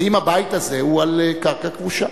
האם הבית הזה הוא על קרקע כבושה?